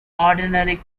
ordinary